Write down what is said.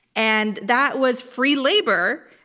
and that was free labor,